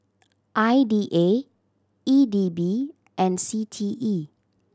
I D A E D B and C T E